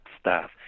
staff